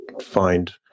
find